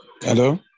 Hello